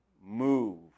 move